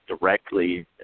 directly